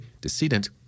decedent